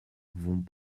vont